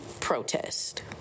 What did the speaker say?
protest